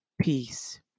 peace